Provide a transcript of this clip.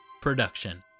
production